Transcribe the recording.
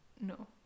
No